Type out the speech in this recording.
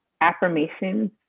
affirmations